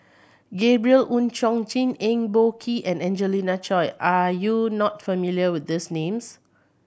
Gabriel Oon Chong Jin Eng Boh Kee and Angelina Choy are you not familiar with these names